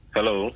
Hello